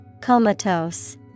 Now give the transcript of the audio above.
Comatose